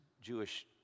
Jewish